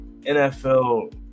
NFL